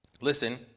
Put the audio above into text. Listen